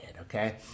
Okay